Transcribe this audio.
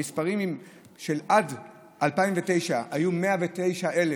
המספרים עד 2009 היו 109,000